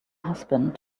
husband